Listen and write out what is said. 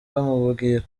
bamubwira